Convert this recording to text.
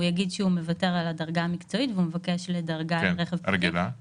הוא יגיד שהוא מוותר על הדרגה המקצועית והוא מבקש דרגת רכב פרטי,